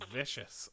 vicious